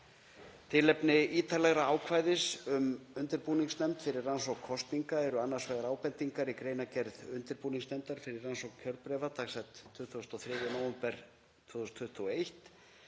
Tilefni ítarlegra ákvæðis um undirbúningsnefnd fyrir rannsókn kosninga er annars vegar ábendingar í greinargerð undirbúningsnefndar fyrir rannsókn kjörbréfa, dagsett 23. nóvember 2021,